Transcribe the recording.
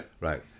Right